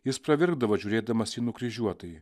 jis pravirkdavo žiūrėdamas į nukryžiuotąjį